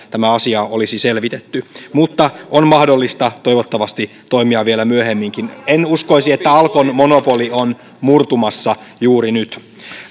tämä asia olisi selvitetty mutta on mahdollista toivottavasti toimia vielä myöhemminkin en uskoisi että alkon monopoli on murtumassa juuri nyt